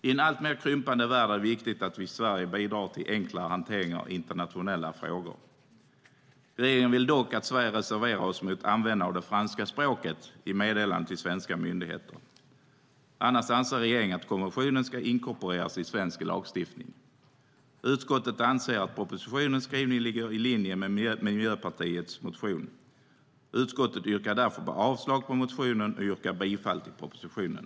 I en alltmer krympande värld är det viktigt att vi i Sverige bidrar till enklare hantering av internationella frågor. Regeringen vill dock att Sverige reserverar sig mot användandet av franska språket i meddelanden till svenska myndigheter. Annars anser regeringen att konventionen ska inkorporeras i svensk lagstiftning. Utskottet anser att propositionens skrivning ligger i linje med Miljöpartiets motion. Jag yrkar därför avslag på motionen och bifall till propositionen.